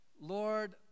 Lord